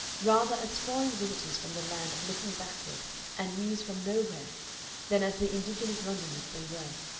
rather as foreign visitors from the land of looking backward and news from nowhere than as the indigenous londoners they were.